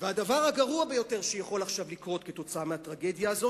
הדבר הגרוע ביותר שיכול לקרות עכשיו כתוצאה מהטרגדיה הזאת,